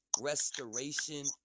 restoration